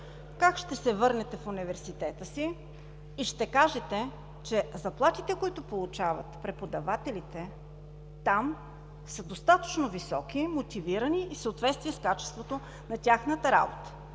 как ще се върнете в университета си и ще кажете, че заплатите, които получават преподавателите там, са достатъчно високи, мотивирани и в съответствие с качеството на тяхната работа?